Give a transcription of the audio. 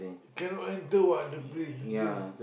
cannot enter what the place the drink